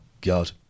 God